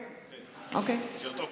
כן, סיעות האופוזיציה.